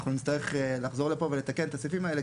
אנחנו נצטרך לחזור לפה ולתקן את הסעיפים האלה,